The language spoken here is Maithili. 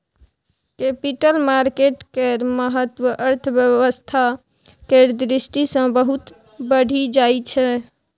कैपिटल मार्केट केर महत्व अर्थव्यवस्था केर दृष्टि सँ बहुत बढ़ि जाइ छै